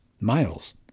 miles